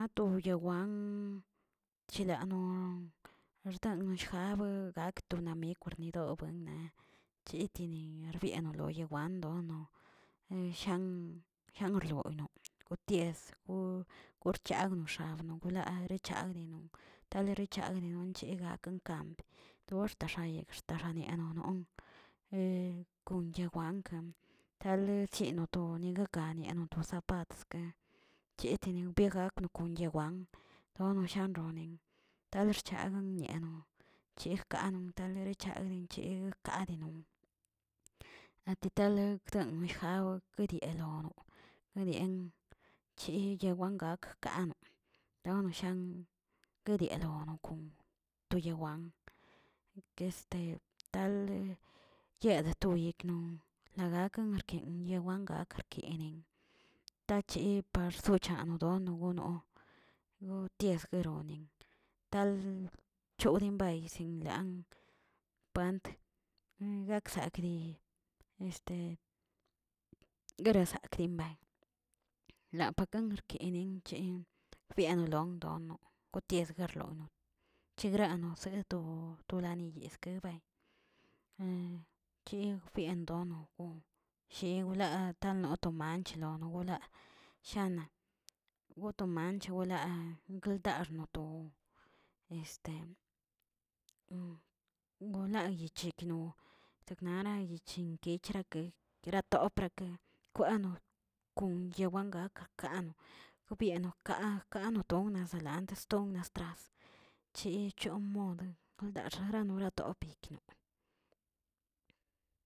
To beyewan chilano xchanojave gaktonami xkwido chitini xbyeni lonowandono san- shangrloino tieku kurchag noxa nongula regchag nino talerechag ninonchegaa mkamp, togxtaxayeg xtaxayeg xiaxanono konyewankə tale chinoto kaniono to zapat, yeteni mbeg gakono kon yewan donon san yoroni tal xchaga nianon chejkano taleren chagdi cheg kadinon natitaleg noyijawig yelono, anien chi yewan gak kano donoshan kedionolokon toyewan, keste tal yedi toyigꞌ na gakin erki yewan akarkenin, tachi parsocha wdono gono yotiegueroni tal chodin bay zinlaa pant gakzakdi este guerazakdinbey, lapakan archini chi fianolondono kuties garlodon, chegrano zegueto tolani yezke bay, ki fie donondo shewla tanoto manch lonowelaa shana goto manch gula guldarnoto bolayi chekno cheknana yechin yechirake ratoprake kwano, kwyewen gakan ka' gobierno kaa anoto nazaland ton nastras chechonmode daxanna norato yikno.